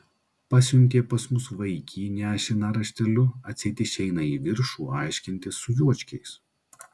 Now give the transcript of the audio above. pasiuntė pas mus vaikį nešiną rašteliu atseit išeina į viršų aiškintis su juočkiais